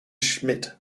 schmidt